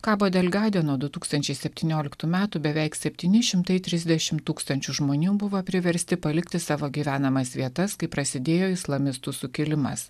kabo del gade nuo du tūkstančiai septynioliktų metų beveik septyni šimtai trisdešim tūkstančių žmonių buvo priversti palikti savo gyvenamas vietas kai prasidėjo islamistų sukilimas